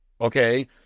okay